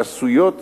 עשויות